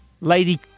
Lady